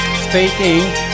Speaking